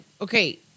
okay